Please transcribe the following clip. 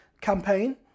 campaign